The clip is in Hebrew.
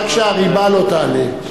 רק שהריבה לא תעלה.